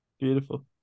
beautiful